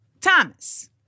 Thomas